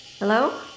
hello